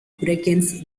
hurricanes